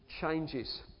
changes